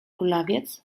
kulawiec